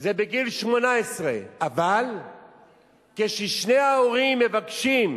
זה בגיל 18. אבל כששני ההורים מבקשים,